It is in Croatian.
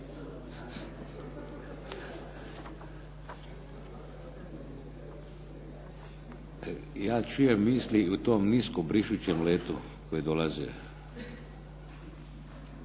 Ja čujem misli u tom nisko brišućem letu koje dolaze.